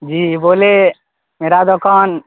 جی بولیے میرا دکان